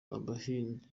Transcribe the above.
abahinzi